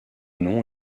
nom